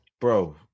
bro